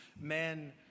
Men